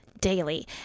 daily